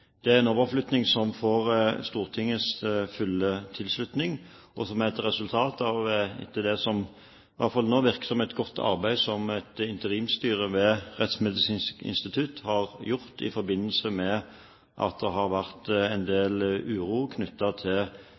Det er en overflytting som får Stortingets fulle tilslutning. Overflyttingen er et resultat av det som iallfall til nå virker som et godt arbeid som et interimsstyre ved Rettsmedisinsk institutt har gjort, i forbindelse med at det har vært en del uro knyttet til